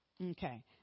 Okay